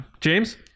James